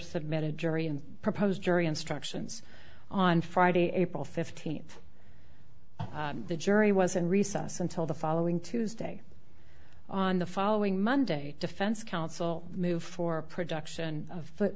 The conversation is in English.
submitted jury and proposed jury instructions on friday april fifteenth the jury was in recess until the following tuesday on the following monday defense counsel move for production of foot